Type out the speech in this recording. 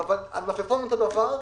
אבל המלפפון אותו דבר,